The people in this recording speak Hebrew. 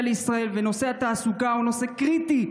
לישראל ונושא התעסוקה הוא נושא קריטי,